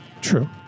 True